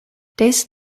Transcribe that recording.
this